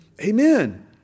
Amen